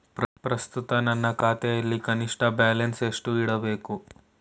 ಪ್ರಸ್ತುತ ನನ್ನ ಖಾತೆಯಲ್ಲಿ ಕನಿಷ್ಠ ಬ್ಯಾಲೆನ್ಸ್ ಎಷ್ಟು ಇಡಬೇಕು?